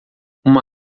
uma